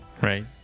Right